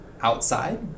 outside